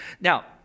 now